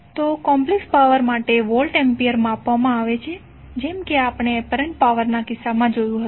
તો complex power પણ વોલ્ટે એમ્પીયરમાં માપવામાં આવે છે જેમ કે આપણે એપરન્ટ પાવર ના કિસ્સામાં જોયું હતુ